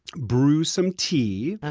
brew some tea, ah